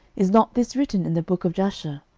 is not this written in the book of jasher?